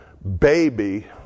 Baby